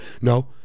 No